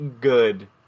good